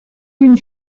une